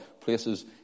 places